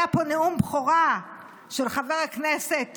היה פה נאום בכורה של חבר הכנסת